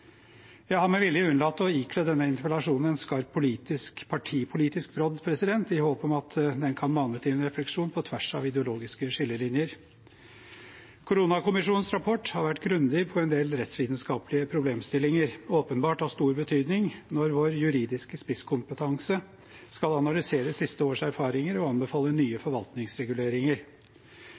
Jeg har med vilje unnlatt å ikle denne interpellasjonen en skarp partipolitisk brodd, i håp om at den kan mane til en refleksjon på tvers av ideologiske skillelinjer. Koronakommisjonens rapport har vært grundig på en del rettsvitenskapelige problemstillinger, noe som åpenbart er av stor betydning når vår juridiske spisskompetanse skal analysere siste års erfaringer og anbefale nye forvaltningsreguleringer.